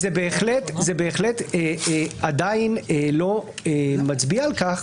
זה בהחלט עדיין לא מצביע על כך,